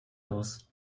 aus